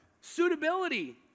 suitability